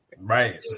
Right